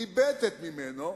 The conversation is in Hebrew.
אלא ניבטת ממנו,